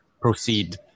proceed